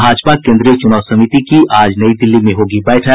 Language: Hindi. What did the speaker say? भाजपा केन्द्रीय चुनाव समिति की आज नई दिल्ली में होगी बैठक